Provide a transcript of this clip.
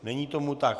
Není tomu tak.